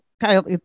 Kyle